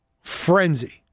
frenzy